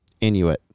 Inuit